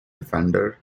defender